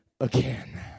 again